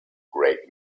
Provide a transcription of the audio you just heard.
great